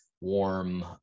warm